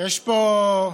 יש פה,